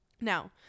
Now